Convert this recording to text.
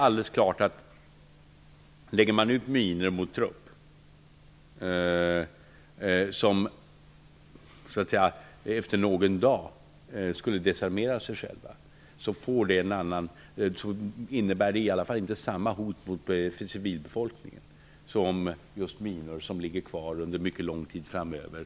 Men minor mot trupp som efter någon dag skulle desarmeras innebär i alla fall inte samma hot mot civilbefolkningen som minor som ligger kvar under mycket lång tid framöver.